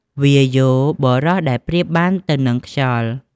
វាយោ បុរសដែលប្រៀបបានទៅនឹងខ្យល់។